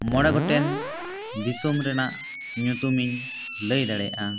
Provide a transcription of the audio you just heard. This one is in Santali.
ᱢᱚᱬᱮ ᱜᱚᱴᱮᱱ ᱫᱤᱥᱚᱢ ᱨᱮᱱᱟᱜ ᱧᱩᱛᱩᱢ ᱤᱧ ᱞᱟᱹᱭ ᱫᱟᱲᱮᱭᱟᱜᱼᱟ